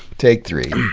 take three.